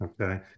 okay